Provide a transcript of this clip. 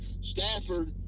Stafford